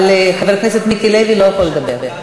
אבל חבר הכנסת מיקי לוי לא יכול לדבר.